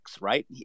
right